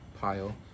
pile